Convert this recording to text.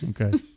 Okay